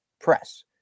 press